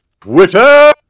Twitter